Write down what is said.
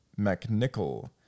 McNichol